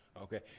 okay